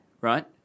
right